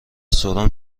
سرم